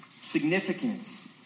significance